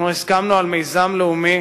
אנחנו הסכמנו על מיזם לאומי,